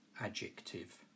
adjective